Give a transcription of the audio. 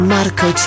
Marco